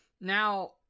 Now